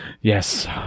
Yes